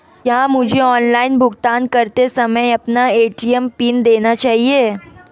क्या मुझे ऑनलाइन भुगतान करते समय अपना ए.टी.एम पिन देना चाहिए?